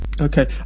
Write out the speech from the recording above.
okay